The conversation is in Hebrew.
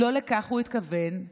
לא לכך הוא התכוון,